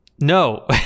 no